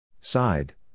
Side